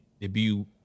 debut